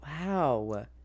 wow